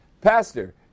Pastor